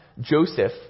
Joseph